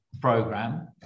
program